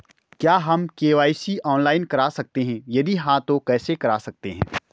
क्या हम KYC online करा सकते हैं यदि हाँ तो कैसे करा सकते हैं?